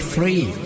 Free